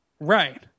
Right